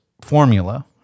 formula